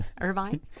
Irvine